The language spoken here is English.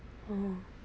oh